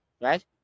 right